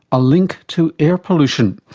a link to air pollution.